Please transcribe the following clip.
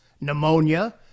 pneumonia